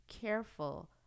careful